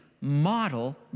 model